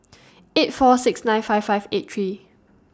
eight four six nine five five eight three